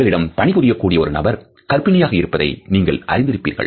உங்களிடம் பணிபுரியக்கூடிய ஒரு நபர் கர்ப்பிணியாக இருப்பதை நீங்கள் அறிந்திருப்பீர்கள்